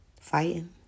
Fighting